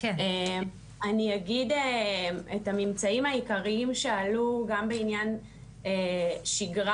אני אגיד את הממצאים העיקריים שעלו גם בעניין שגרה,